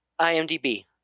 IMDb